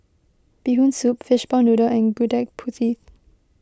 Bee Hoon Soup Fishball Noodle and Gudeg Putih